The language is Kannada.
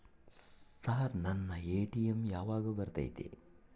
ಸರ್ ನನ್ನ ಎ.ಟಿ.ಎಂ ಯಾವಾಗ ಬರತೈತಿ?